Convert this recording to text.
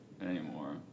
anymore